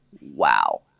Wow